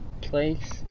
place